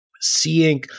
Seeing